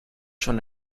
schon